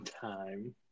time